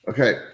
Okay